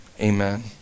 amen